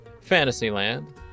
Fantasyland